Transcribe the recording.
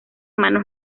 manos